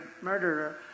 murderer